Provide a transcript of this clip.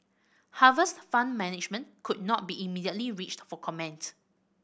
Harvest Fund Management could not be immediately reached for comment